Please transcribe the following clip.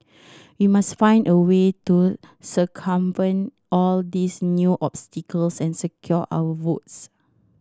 we must find a way to circumvent all these new obstacles and secure our votes